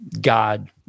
god